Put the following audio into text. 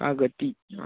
का गतिः